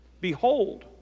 Behold